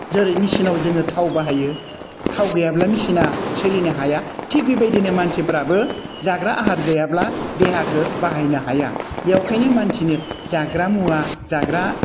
जेरै मेसिनाव जोङो थाव बाहायो थाव गैयाब्ला मेसिना सोलिनो हाया थिक बेबायदिनो मानसिफोराबो जाग्रा आहार गैयाब्ला देहाखौ बाहायनो हाया बेखायनो मानसिनि जाग्रा मुवा जाग्रा